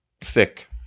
sick